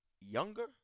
younger